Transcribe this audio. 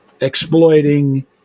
exploiting